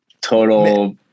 total